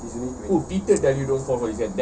she's only twe~